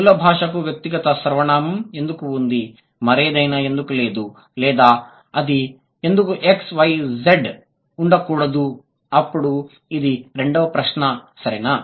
మూల భాషకు వ్యక్తిగత సర్వనామం ఎందుకు ఉంది మరేదైనా ఎందుకు లేదు లేదా అది ఎందుకు x y z ఉండకూడదు అప్పుడు ఇది రెండవ ప్రశ్న సరేనా